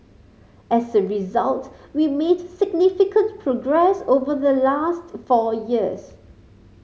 as a result we made significant progress over the last four years